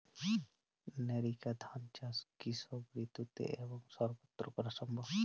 NERICA ধান চাষ কি সব ঋতু এবং সবত্র করা সম্ভব?